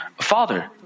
father